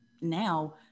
now